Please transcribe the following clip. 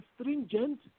stringent